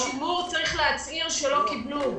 בשימור צריך להצהיר שלא קיבלו,